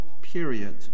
period